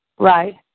Right